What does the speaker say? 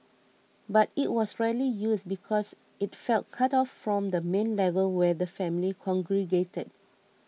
but it was rarely used because it felt cut off from the main level where the family congregated